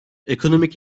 ekonomik